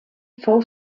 fou